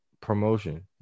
promotion